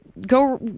go